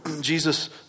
Jesus